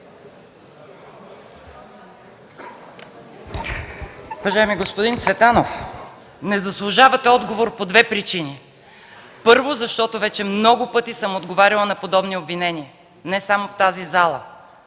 Уважаеми господин Цветанов, не заслужавате отговор по две причини. Първо, защото вече много пъти съм отговаряла на подобни обвинения не само в тази зала,